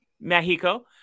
Mexico